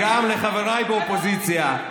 אבל גם לחבריי באופוזיציה,